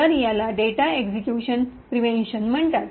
तर याला data execution prevention म्हणतात